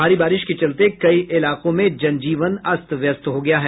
भारी बारिश के चलते कई इलाकों में जनजीवन अस्त व्यस्त हो गया है